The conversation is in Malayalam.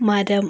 മരം